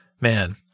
man